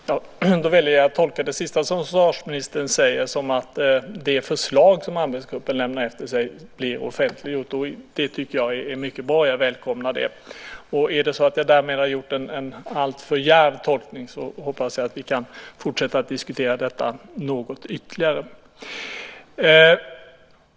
Fru talman! Jag väljer att tolka det sista som försvarsministern säger som att det förslag som arbetsgruppen lämnar efter sig blir offentliggjort. Det tycker jag är mycket bra. Jag välkomnar det. Är det så att jag därmed har gjort en alltför djärv tolkning hoppas jag att vi kan fortsätta att diskutera detta något ytterligare.